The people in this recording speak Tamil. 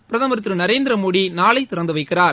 பிரதமர் திரு நரேந்திரமோடி நாளை திறந்து வைக்கிறார்